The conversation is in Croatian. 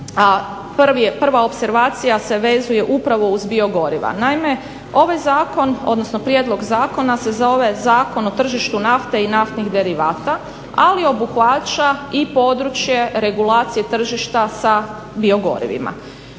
prva opservacija se vezuje upravo uz biogoriva. Naime ovaj zakon, odnosno Prijedlog zakona se zove Zakon o tržištu nafte i naftnih derivata, ali obuhvaća i područje regulacije tržišta sa biogorivima.